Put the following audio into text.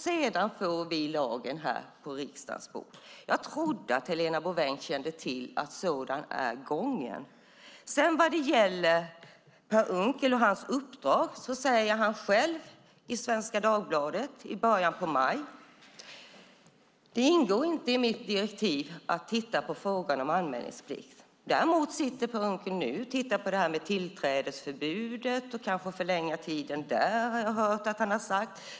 Sedan får vi lagen här på riksdagens bord. Jag trodde att Helena Bouveng kände till att gången är sådan. Vad gäller Per Unckel och hans uppdrag sade han själv i Svenska Dagbladet i början på maj att det inte ingår i hans direktiv att titta på frågan om anmälningsplikt. Däremot sitter Per Unckel nu och tittar på tillträdesförbudet och att man kanske ska förlänga tiden där. Det har jag hört att han har sagt.